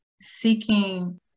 seeking